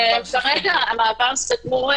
כרגע המעבר סגור,